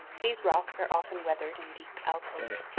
these rocks are often weathered in deep alcoves.